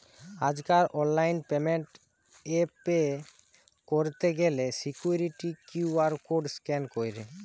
আজকাল online payment এ pay কইরতে গ্যালে সিকুইরিটি কিউ.আর কোড স্ক্যান কইরে